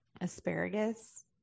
asparagus